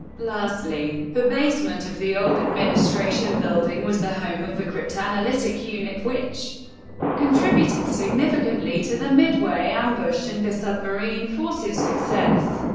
lastly, the basement of the old administration building was the home of the cryptanalytic unit which contributed significantly significantly to the midway ambush and the submarine force's success.